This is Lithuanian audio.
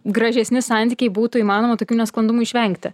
gražesni santykiai būtų įmanoma tokių nesklandumų išvengti